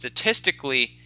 statistically